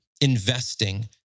investing